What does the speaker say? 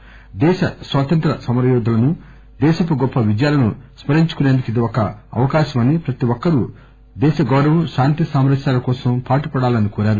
మన దేశ స్వాతంత్ర్య సమరయోధులను దేశపు గొప్ప విజయాలను స్క రించుకునేందుకు ఇది ఒక అవకాశమనీ ప్రతి ఒక్కరూ దేశ గౌరవం శాంతి సామరస్నాల కోసం పాటు పడాలని కోరారు